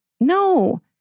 No